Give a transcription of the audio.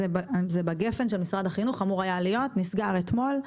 זה היה אמור להיות בגפן של משרד החינוך וזה נסגר אתמול.